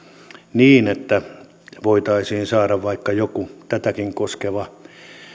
niin että voitaisiin saada vaikka joku tätäkin koskeva